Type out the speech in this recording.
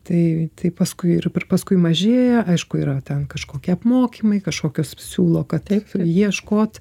tai tai paskui ir ir paskui mažėja aišku yra ten kažkokie apmokymai kažkokios siūlo kad taip ieškot